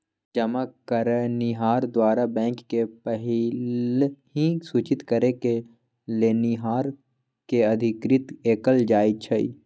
जमा करनिहार द्वारा बैंक के पहिलहि सूचित करेके लेनिहार के अधिकृत कएल जाइ छइ